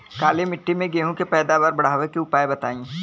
काली मिट्टी में गेहूँ के पैदावार बढ़ावे के उपाय बताई?